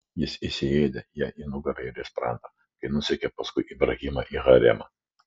jis įsiėdė jai į nugarą ir į sprandą kai nusekė paskui ibrahimą į haremą